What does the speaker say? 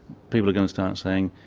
people are going to start saying,